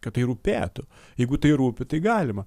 kad tai rūpėtų jeigu tai rūpi tai galima